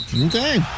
Okay